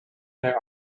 there